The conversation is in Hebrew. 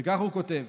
וכך הוא כותב: